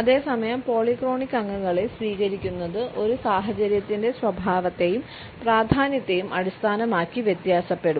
അതേസമയം പോളിക്രോണിക് അംഗങ്ങളെ സ്വീകരിക്കുന്നത് ഒരു സാഹചര്യത്തിന്റെ സ്വഭാവത്തെയും പ്രാധാന്യത്തെയും അടിസ്ഥാനമാക്കി വ്യത്യാസപ്പെടും